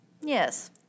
Yes